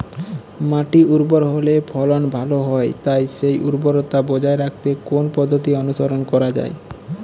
মাটি উর্বর হলে ফলন ভালো হয় তাই সেই উর্বরতা বজায় রাখতে কোন পদ্ধতি অনুসরণ করা যায়?